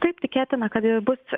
taip tikėtina kad ir bus